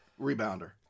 rebounder